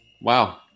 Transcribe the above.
wow